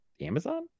amazon